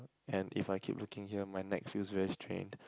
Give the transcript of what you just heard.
and if I keep looking here my neck feels very strained